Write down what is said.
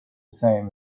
same